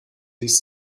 ließ